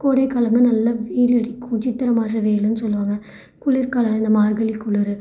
கோடைகாலம்னா நல்லா வெயில் அடிக்கும் சித்திரை மாதம் வெயிலுன்னு சொல்வாங்க குளிர்காலம் இந்த மார்கழி குளிர்